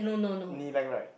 knee length right